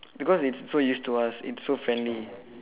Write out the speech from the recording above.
because it's so used to us it's so friendly